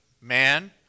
Man